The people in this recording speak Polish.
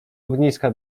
ogniska